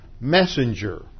messenger